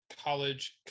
college